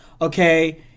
okay